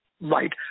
Right